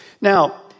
Now